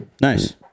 nice